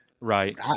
Right